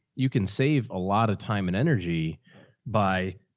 you can save a lot of time and energy by.